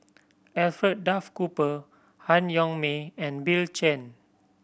Alfred Duff Cooper Han Yong May and Bill Chen